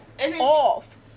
off